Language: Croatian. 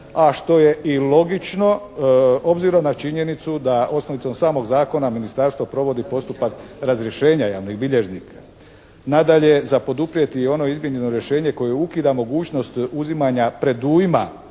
a što je i logično obzirom na činjenicu da osnovica samog zakona ministarstva provodi postupak razrješenja javnih bilježnika. Nadalje za poduprijeti je i ono izmijenjeno rješenje koje ukida mogućnost uzimanja predujma